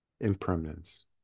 impermanence